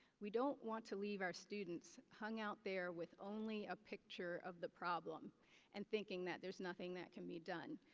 we don't want to leave our students hung out there with only a picture of the problem and thinking that there's nothing that can be done.